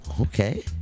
Okay